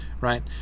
right